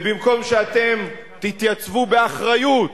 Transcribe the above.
ובמקום שאתם תתייצבו באחריות,